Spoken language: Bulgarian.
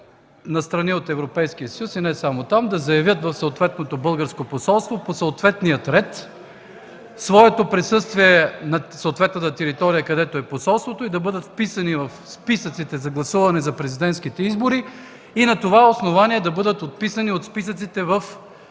на страни от Европейския съюз и не само там, да заявят до съответното българско посолство по съответния ред своето присъствие на съответната територия, където е посолството, и да бъдат вписани в списъците за гласуване за президентските избори и на това основание да бъдат отписани от списъците в